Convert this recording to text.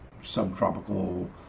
subtropical